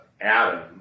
Adam